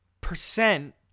percent